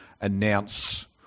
announce